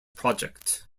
project